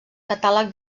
catàleg